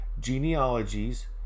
genealogies